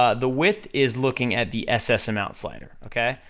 ah the width is looking at the ss amount slider, okay?